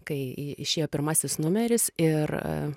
kai išėjo pirmasis numeris ir